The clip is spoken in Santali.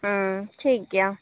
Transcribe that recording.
ᱩᱸᱻ ᱴᱷᱤᱠ ᱜᱮᱭᱟ